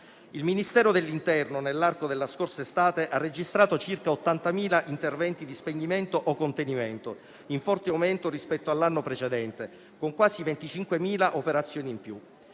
Il Ministero dell'interno nell'arco della scorsa estate ha registrato circa 80.000 interventi di spegnimento o contenimento, in forte aumento rispetto all'anno precedente, con quasi 25.000 operazioni in più.